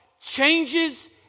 Changes